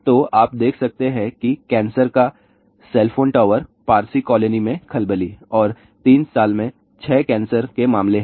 तो आप देख सकते हैं कि कैंसर का cell phone tower Parsi colony में खलबली और 3 साल में 6 कैंसर के मामले हैं